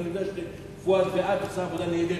ואני יודע שפואד ואת עושים עבודה נהדרת,